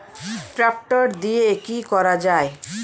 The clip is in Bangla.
ট্রাক্টর দিয়ে কি করা যায়?